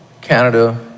Canada